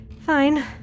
Fine